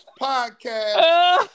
podcast